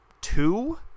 two